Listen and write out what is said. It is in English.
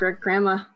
grandma